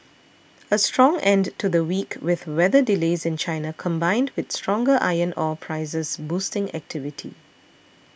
a strong end to the week with weather delays in China combined with stronger iron ore prices boosting activity